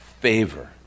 Favor